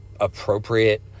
appropriate